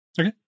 Okay